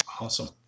Awesome